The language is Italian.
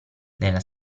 nella